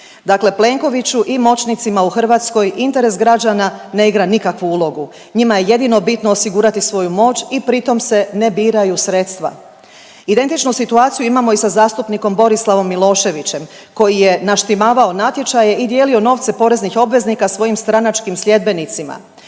Dakle, Plenkoviću i moćnicima u Hrvatskoj interes građana ne igra nikakvu ulogu. Njima je jedino bitno osigurati svoju moć i pritom se ne biraju sredstva. Identičnu situaciju imamo i sa zastupnikom Borislavom Miloševićem koji je naštimavao natječaje i dijelio novce poreznih obveznika svojim stranačkim sljedbenicima.